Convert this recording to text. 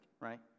right